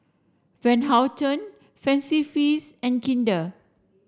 Van Houten Fancy Feast and Kinder